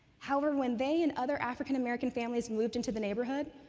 however, when they and other african-american families moved into the neighborhood,